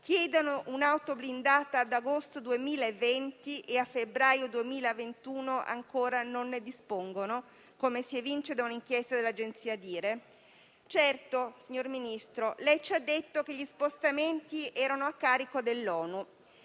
chiedono un'auto blindata ad agosto 2020 ancora non ne dispongano a febbraio 2021, come si evince da un'inchiesta dell'agenzia DIRE. Certo, signor Ministro, lei ci ha detto che gli spostamenti erano a carico dell'ONU;